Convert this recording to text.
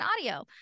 audio